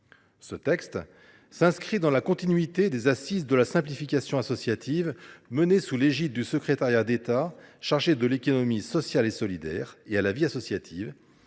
Ce texte s’inscrit dans la continuité des Assises de la simplification associative, tenues sous l’égide du secrétariat d’État chargé de l’économie sociale et solidaire et de la vie associative,